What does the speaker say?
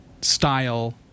style